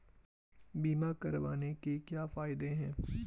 बीमा करवाने के क्या फायदे हैं?